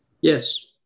Yes